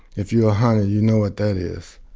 if you're a hunter, you know what that is